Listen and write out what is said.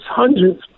hundreds